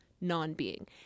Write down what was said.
non-being